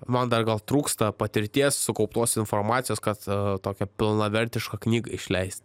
man dar gal trūksta patirties sukauptos informacijos kad tokią pilnavertišką knygą išleist